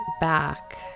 back